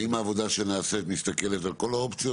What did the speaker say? האם העבודה שנעשית מסתכלת על כל האופציות?